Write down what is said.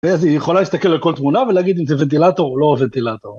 אז היא יכולה להסתכל על כל תמונה ולהגיד אם זה ונטילטור או לא ונטילטור.